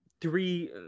three